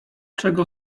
czego